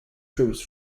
troops